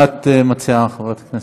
מה את מציעה, חברת הכנסת?